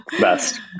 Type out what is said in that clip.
best